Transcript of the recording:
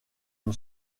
une